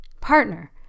partner